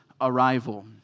arrival